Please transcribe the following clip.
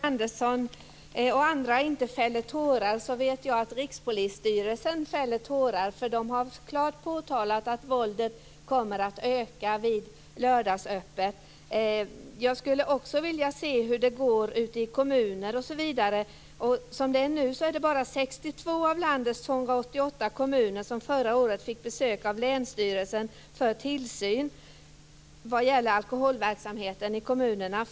Fru talman! Om Sten Andersson och andra inte fäller tårar vet jag att Rikspolisstyrelsen gör det, för man har klart påtalat att våldet kommer att öka vid lördagsöppet. Jag skulle också vilja se hur det går ute i kommunerna. Som det är nu var det bara 62 av landets 288 kommuner som förra året fick besök av länsstyrelsen för tillsyn vad gäller alkoholverksamheten i kommunen.